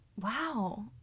wow